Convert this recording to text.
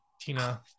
tina